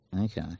Okay